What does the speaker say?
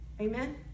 Amen